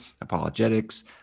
apologetics